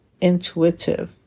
intuitive